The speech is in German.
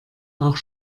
auch